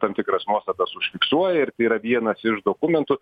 tam tikras nuostatas užfiksuoja ir tai yra vienas iš dokumentų